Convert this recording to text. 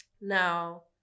Now